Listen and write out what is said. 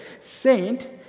saint